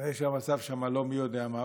כנראה שהמצב שם לא מי יודע מה,